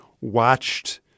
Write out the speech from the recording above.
watched